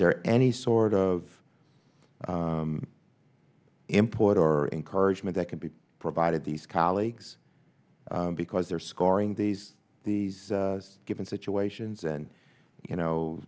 there any sort of import or encouragement that could be provided these colleagues because they're scoring these these given situations and you know